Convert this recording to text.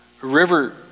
River